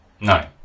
no